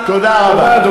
תודה רבה.